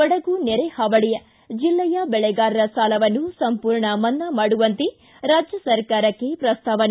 ಕೊಡಗು ನೆರೆಹಾವಳ ಜಿಲ್ಲೆಯ ಬೆಳೆಗಾರರ ಸಾಲವನ್ನು ಸಂಪೂರ್ಣ ಮನ್ನಾ ಮಾಡುವಂತೆ ರಾಜ್ಯ ಸರ್ಕಾರಕ್ಕೆ ಪ್ರಸ್ತಾವನೆ